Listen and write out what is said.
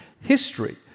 history